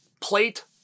plate